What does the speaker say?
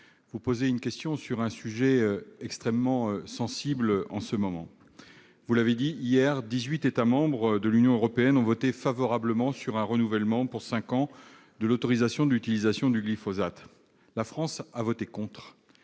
vous posez une question sur un sujet extrêmement sensible. Vous l'avez dit, hier, dix-huit États membres de l'Union européenne ont voté pour le renouvellement pour cinq ans de l'autorisation d'utilisation du glyphosate. La France a voté contre.